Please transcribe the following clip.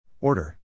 Order